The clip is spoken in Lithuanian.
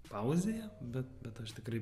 pauzėje bet bet aš tikrai